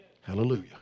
Hallelujah